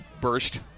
burst